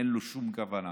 אין לו שום כוונה